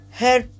hair